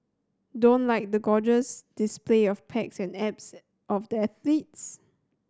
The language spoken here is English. don't like the gorgeous display of pecs and abs of the athletes